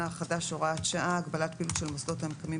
החדש (הוראת שעה) (הגבלת פעילות של מוסדות המקיימים